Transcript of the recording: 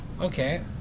Okay